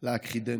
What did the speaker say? להכחידנו.